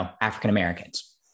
African-Americans